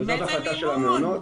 וזאת החלטה של המעונות,